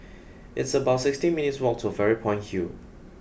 it's about sixteen minutes' walk to Fairy Point Hill